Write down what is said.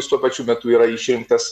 jis tuo pačiu metu yra išrinktas